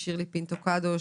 שירלי פינטו קדוש,